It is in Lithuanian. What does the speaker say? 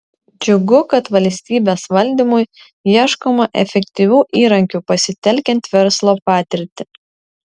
džiugu kad valstybės valdymui ieškoma efektyvių įrankių pasitelkiant verslo patirtį